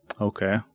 Okay